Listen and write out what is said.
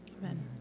Amen